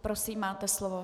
Prosím, máte slovo.